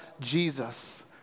Jesus